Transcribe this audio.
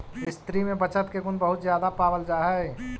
स्त्रि में बचत के गुण बहुत ज्यादा पावल जा हई